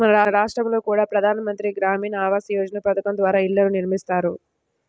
మన రాష్టంలో కూడా ప్రధాన మంత్రి గ్రామీణ ఆవాస్ యోజన పథకం ద్వారా ఇళ్ళను నిర్మిస్తున్నారు